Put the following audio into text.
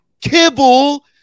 kibble